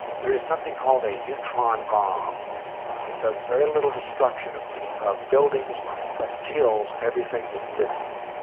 there is something called a neutron bomb it does very little destruction of of buildings but kills everything that's living.